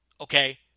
Okay